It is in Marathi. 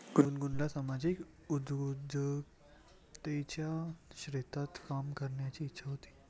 गुनगुनला सामाजिक उद्योजकतेच्या क्षेत्रात काम करण्याची इच्छा होती